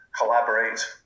collaborate